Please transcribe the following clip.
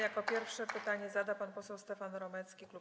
Jako pierwszy pytanie zada pan poseł Stefan Romecki, klub